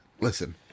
Listen